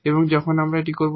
এবং যখন আমরা এটি করব